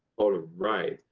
alright!